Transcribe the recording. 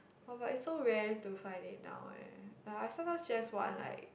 !wah! but it's so rare to find it now eh like I sometimes just want like